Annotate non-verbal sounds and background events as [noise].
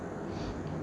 [breath]